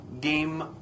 game